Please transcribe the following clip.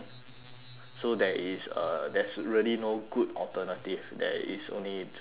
so there is uh there's really no good alternative there is only just both bad